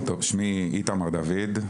שמי איתמר דוד,